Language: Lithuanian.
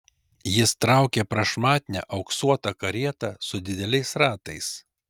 jis traukė prašmatnią auksuotą karietą su dideliais ratais